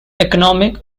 economic